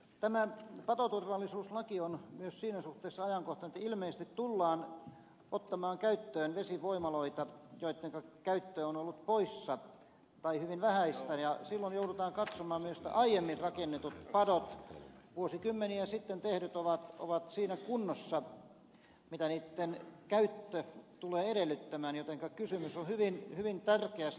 tämä patoturvallisuuslaki on myös siinä suhteessa ajankohtainen että ilmeisesti tullaan ottamaan käyttöön vesivoimaloita joittenka käyttö on ollut poissa tai hyvin vähäistä ja silloin joudutaan katsomaan myös että aiemmin rakennetut padot vuosikymmeniä sitten tehdyt ovat siinä kunnossa mitä niitten käyttö tulee edellyttämään jotenka kysymys on hyvin tärkeästä asiasta